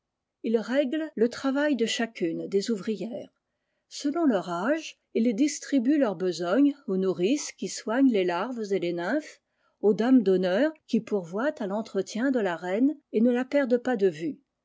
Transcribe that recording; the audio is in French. n règle le travail de chacune des ouvrières selon leur âge il distribue leur besogne aux nourrices qui soignent les larves et les nym phes aux dames d'honneur qui pourvoient à l'entretien de la reine et ne la perdent pas de vue